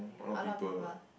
a lot of people